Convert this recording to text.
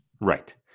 Right